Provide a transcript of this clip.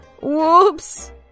Whoops